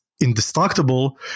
indestructible